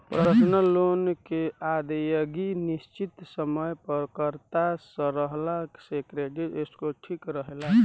personal loan के अदायगी निसचित समय पर करत रहला से क्रेडिट स्कोर ठिक रहेला